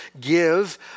give